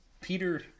Peter